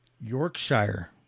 Yorkshire